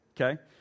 Okay